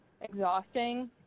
exhausting